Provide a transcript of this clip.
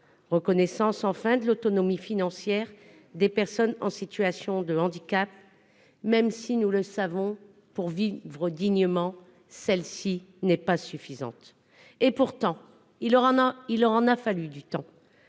reconnaissance, enfin, de l'autonomie financière des personnes en situation de handicap même si, nous le savons, pour vivre dignement, cette allocation n'est pas suffisante. Il en aura fallu, du temps